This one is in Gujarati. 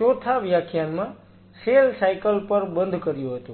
ચોથા વ્યાખ્યાનમાં સેલ સાયકલ પર બંધ કર્યું હતું